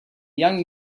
young